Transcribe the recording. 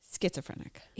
schizophrenic